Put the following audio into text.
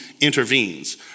intervenes